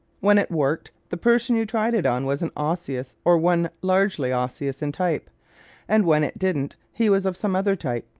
when it worked, the person you tried it on was an osseous or one largely osseous in type and when it didn't he was of some other type.